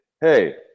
hey